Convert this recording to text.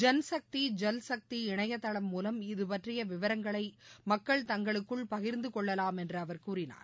ஜன்சக்தி ஜல்சக்தி இணையதளம் மூலம் இதுபற்றிய விவரங்களை மக்கள் தங்களுக்குள் பகிர்ந்துகொள்ளலாம் என்று அவர் கூறினார்